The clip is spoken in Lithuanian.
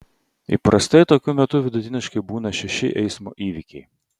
įprastai tokiu metu vidutiniškai būna šeši eismo įvykiai